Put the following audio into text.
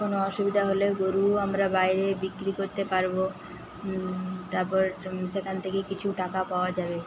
কোনো অসুবিধা হলে গরুও আমরা বাইরে বিক্রি করতে পারবো তারপর সেখান থেকে কিছু টাকা পাওয়া যাবে